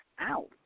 ow